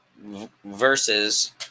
Versus